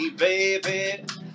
baby